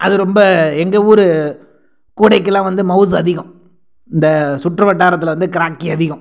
அது ரொம்ப எங்கள் ஊர் கூடைக்குலாம் வந்து மவுஸு அதிகம் இந்த சுற்றுவட்டாரத்தில் வந்து கிராக்கி அதிகம்